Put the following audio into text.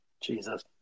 Jesus